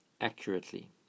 accurately